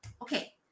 Okay